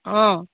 অঁ